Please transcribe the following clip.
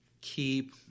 keep